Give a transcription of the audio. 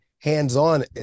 hands-on